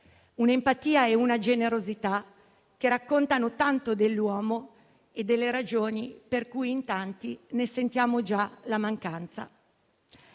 una empatia e una generosità che raccontano tanto dell'uomo e delle ragioni per cui in tanti ne sentiamo già la mancanza.